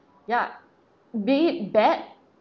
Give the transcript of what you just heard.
ya be it bad